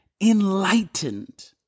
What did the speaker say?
enlightened